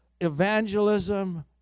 evangelism